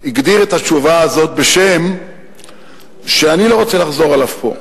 הגדיר את התשובה הזאת בשם שאני לא רוצה לחזור עליו פה,